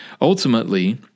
Ultimately